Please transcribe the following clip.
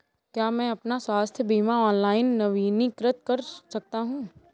क्या मैं अपना स्वास्थ्य बीमा ऑनलाइन नवीनीकृत कर सकता हूँ?